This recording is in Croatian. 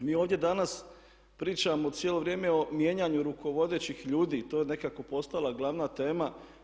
Mi ovdje danas pričamo cijelo vrijeme o mijenjanju rukovodećih ljudi i to je nekako postala glavna tema.